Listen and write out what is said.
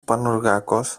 πανουργάκος